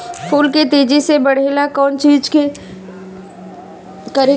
फूल के तेजी से बढ़े ला कौन चिज करे के परेला?